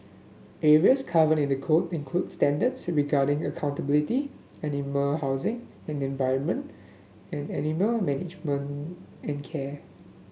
areas covered in the code include standards regarding accountability animal housing and environment and animal management and care